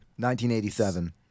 1987